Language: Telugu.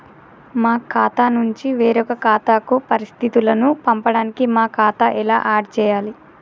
మా ఖాతా నుంచి వేరొక ఖాతాకు పరిస్థితులను పంపడానికి మా ఖాతా ఎలా ఆడ్ చేయాలి?